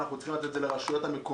אנחנו צריכים לתת את זה לרשויות המקומיות,